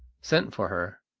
sent for her.